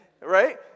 right